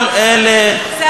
כל אלה שבאו ואמרו,